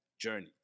journey